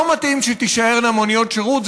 לא מתאים שתישארנה מוניות שירות,